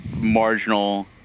marginal